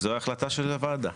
זו החלטה של הוועדה.